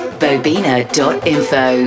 bobina.info